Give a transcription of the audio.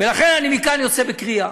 ולכן אני מכאן יוצא בקריאה,